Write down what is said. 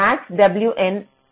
max WNS